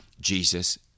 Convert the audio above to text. Jesus